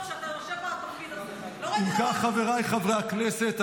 לא הייתה פעם אחת שלא תיתן לי קריאות,